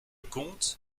comte